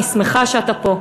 אני שמחה שאתה פה.